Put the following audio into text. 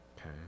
okay